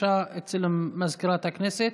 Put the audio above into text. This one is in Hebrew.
הודעה לסגנית מזכיר הכנסת,